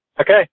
okay